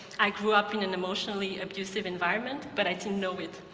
i grew up in an emotionally abusive environment, but i didn't know it.